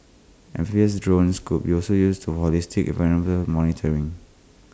amphibious drones could also used to holistic environmental monitoring